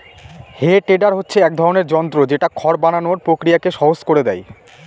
হে tedder হচ্ছে এক ধরনের যন্ত্র যেটা খড় বানানোর প্রক্রিয়াকে সহজ করে দেয়